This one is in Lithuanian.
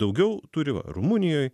daugiau turi rumunijoj